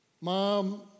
mom